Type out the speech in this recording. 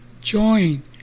join